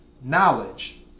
knowledge